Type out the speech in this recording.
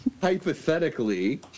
hypothetically